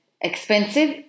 expensive